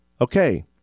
Okay